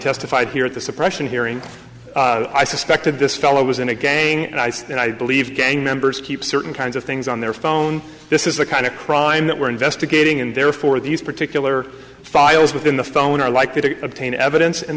testified here at the suppression hearing i suspected this fellow was in a gang and i said i believe gang members keep certain kinds of things on their phone this is the kind of crime that we're investigating and therefore these particular files within the phone are likely to obtain evidence and